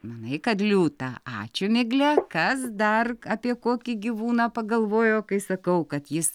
manai kad liūtą ačiū migle kas dar apie kokį gyvūną pagalvojo kai sakau kad jis